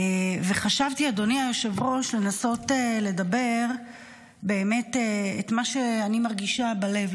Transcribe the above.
וחשבתי לנסות לדבר את מה שאני מרגישה בלב,